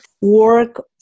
work